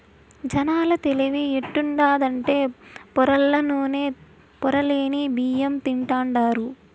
జనాల తెలివి ఎట్టుండాదంటే పొరల్ల నూనె, పొరలేని బియ్యం తింటాండారు